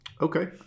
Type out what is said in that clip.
Okay